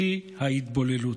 שיא ההתבוללות.